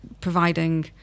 providing